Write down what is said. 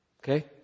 Okay